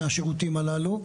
מהשירותים הללו,